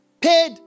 paid